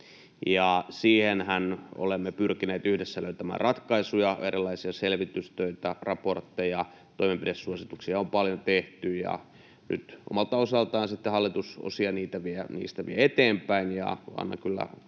Siihenhän olemme pyrkineet yhdessä löytämään ratkaisuja. Erilaisia selvitystöitä, raportteja, toimenpidesuosituksia on paljon tehty, ja nyt omalta osaltaan sitten hallitus osia niistä vie eteenpäin.